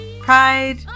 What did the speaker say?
pride